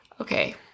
Okay